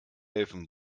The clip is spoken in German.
helfen